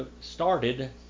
started